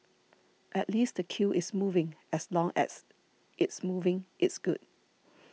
at least the queue is moving as long as it's moving it's good